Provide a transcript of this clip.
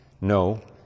No